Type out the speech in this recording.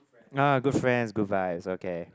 uh good friends Good Vibes okay